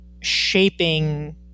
shaping